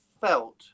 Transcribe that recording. felt